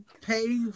pay